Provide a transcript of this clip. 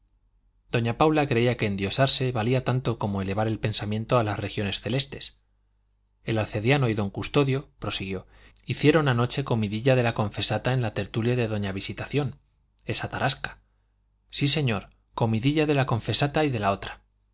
doña paula creía que endiosarse valía tanto como elevar el pensamiento a las regiones celestes el arcediano y don custodio prosiguió hicieron anoche comidilla de la confesata en la tertulia de doña visitación esa tarasca sí señor comidilla de la confesata de la otra